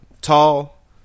Tall